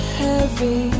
heavy